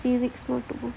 three weeks more